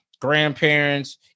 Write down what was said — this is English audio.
grandparents